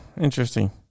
interesting